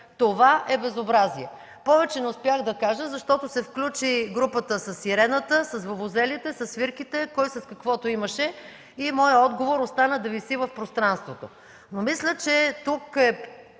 Това е безобразие!” Повече не успях да кажа, защото се включи групата със сирената, с вувузелите, със свирките – който с каквото имаше и отговорът ми остана да виси в пространството. Мисля, че тук е